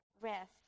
rest